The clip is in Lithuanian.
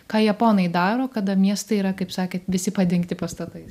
ką japonai daro kada miestai yra kaip sakėt visi padengti pastatais